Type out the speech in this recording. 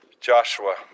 Joshua